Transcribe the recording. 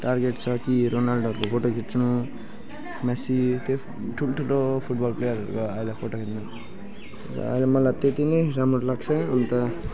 target छ कि रोनाल्डोको फोटो चाहिँ खिचौँ मेसी त्यो ठुल्ठुलो फुलबल प्लेयरहरूको अहिले फोटो खिच्नु साह्रै मलाई त्यति नै राम्रो लाग्छ हुन त